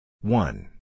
one